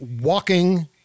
walking